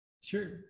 Sure